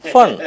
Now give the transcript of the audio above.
Fun